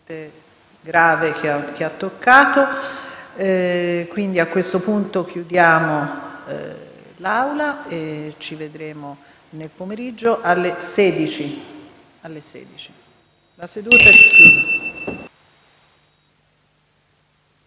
grazie a tutta